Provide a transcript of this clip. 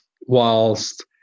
whilst